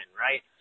right